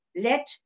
Let